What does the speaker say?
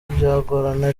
byagorana